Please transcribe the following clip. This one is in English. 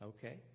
Okay